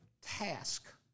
task